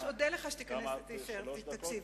כמה זמן את צריכה, שלוש דקות?